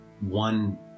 one